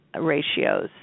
ratios